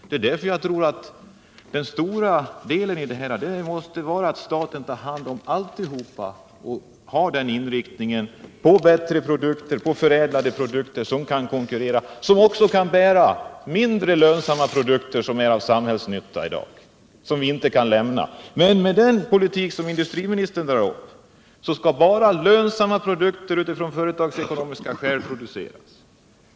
Det är därför jag tror att staten måste ta hand om alltihop och styra inriktningen mot förädlade produkter som kan konkurrera och som även kan bära mindre lönsamma produkter som är av samhällsnytta i dag, och som vi inte kan lämna. Den politik industriministern står för gäller bara företagsekonomiskt lönsamma produkter.